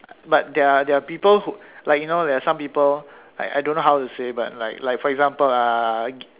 but there are there are people who like you know there are some people like I don't know how to say but like for example uh